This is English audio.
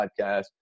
podcast